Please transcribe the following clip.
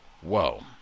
whoa